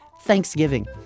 Thanksgiving